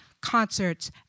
concerts